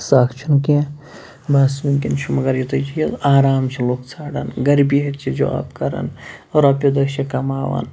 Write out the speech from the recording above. سَکھ چھُنہٕ کیٚنہہ بَس وٕنۍکٮ۪ن چھُ مگر یُتُے چیٖز آرام چھِ لُکھ ژھانٛڈان گَرِ بِہِتھ چھِ جاب کران رۄپیہِ داہ چھِ کماوان